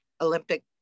Olympic